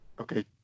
Okay